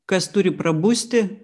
kas turi prabusti